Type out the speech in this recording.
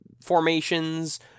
formations